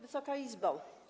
Wysoka Izbo!